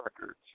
Records